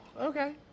okay